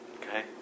Okay